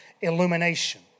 illumination